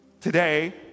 Today